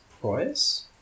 Price